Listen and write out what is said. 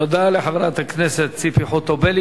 תודה לחברת הכנסת ציפי חוטובלי.